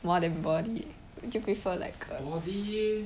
more than body do you prefer like a